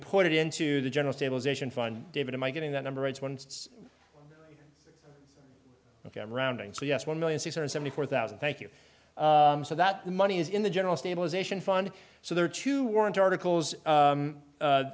put it into the general stabilization fund david am i getting that number it's one ok i'm rounding so yes one million six hundred seventy four thousand thank you so that the money is in the general stabilization fund so there are two weren't articles